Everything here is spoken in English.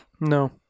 No